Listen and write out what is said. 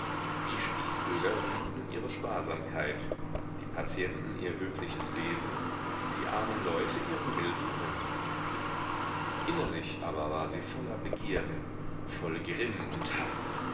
die spießbürger rühmten ihre sparsamkeit die patienten ihr höfliches wesen die armen leute ihren milden sinn innerlich aber war sie voller begierden voll grimm und haß